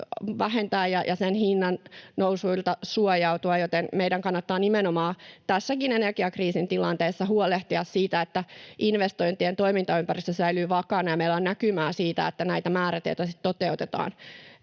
vähentää ja sen hinnannousuilta suojautua, joten meidän kannattaa nimenomaan tässäkin energiakriisin tilanteessa huolehtia siitä, että investointien toimintaympäristö säilyy vakaana ja meillä on näkymää siitä, että näitä määrätietoisesti toteutetaan.